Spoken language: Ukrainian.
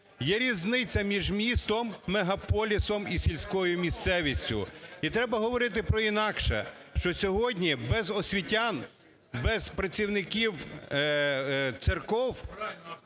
Є різниця між містом-мегаполісом і сільською місцевістю. І треба говорити про інакше, що сьогодні без освітян, без працівників церков